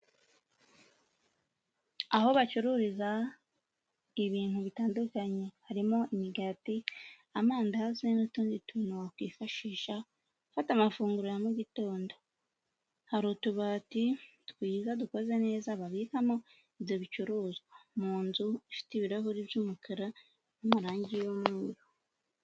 Aho bacururiza ibintu bitandukanye, harimo imigati, amandazi n'utundi tuntu wakwifashisha ufata amafunguro ya mu gitondo, hari utubati twiza dukoze neza babikamo ibyo bicuruzwa, mu nzu ifite ibirahuri by'umukara n'amarangi y'umweru.